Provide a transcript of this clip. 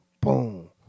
boom